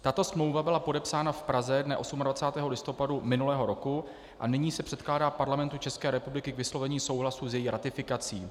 Tato smlouva byla podepsána v Praze dne 28. listopadu minulého roku a nyní se předkládá Parlamentu České republiky k vyslovení souhlasu s její ratifikací.